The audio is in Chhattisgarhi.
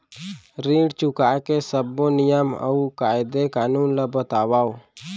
ऋण चुकाए के सब्बो नियम अऊ कायदे कानून ला बतावव